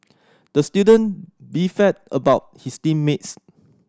the student beefed about his team mates